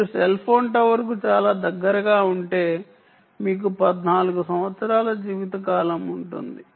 మీరు cell phone టవర్కు చాలా దగ్గరగా ఉంటే మీకు 14 సంవత్సరాల జీవితకాలం ఉంటుంది